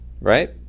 right